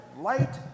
light